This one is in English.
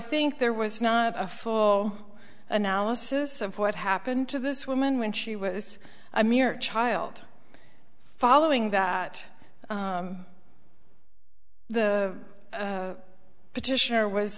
think there was not a full analysis of what happened to this woman when she was a mere child following that the petitioner was